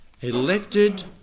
Elected